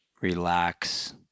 Relax